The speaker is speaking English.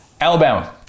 alabama